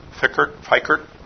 Fickert